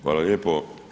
Hvala lijepo.